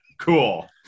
cool